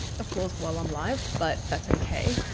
of course while i'm live, but that's okay.